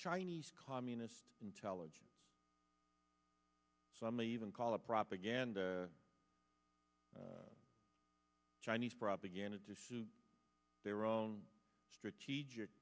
chinese communist intelligence so i may even call it propaganda chinese propaganda to suit their own strategic